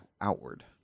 Outward